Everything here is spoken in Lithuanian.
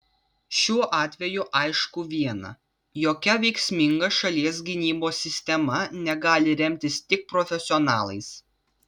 šiuo atveju aišku viena jokia veiksminga šalies gynybos sistema negali remtis tik profesionalais